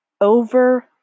over